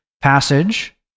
passage